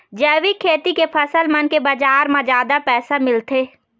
जैविक खेती के फसल मन के बाजार म जादा पैसा मिलथे